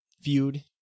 feud